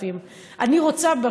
תודה.